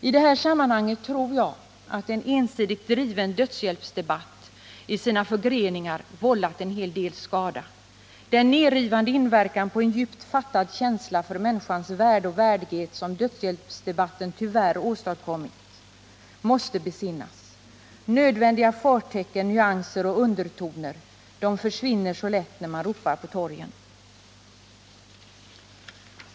I det här sammanhanget tror jag att en ensidigt driven dödshjälpsdebatt i sina förgreningar vållat en hel del skada. Den nerrivande inverkan på en djupt fattad känlsa för människans värde och värdighet som dödshjälpsdebatten tyvärr åstadkommit måste besinnas. Nödvändiga förtecken, nyanser och undertoner försvinner så lätt när man ropar på torgen.